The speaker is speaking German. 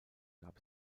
gab